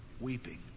weeping